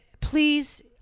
please